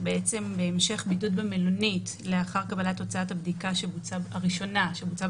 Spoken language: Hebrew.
להמשך בידוד במלונית לאחר קבלת תוצאת הבדיקה הראשונה שבוצעה